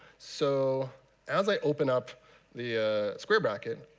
so as i open up the square bracket,